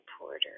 Porter